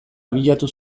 abiatu